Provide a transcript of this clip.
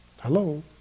Hello